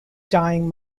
dying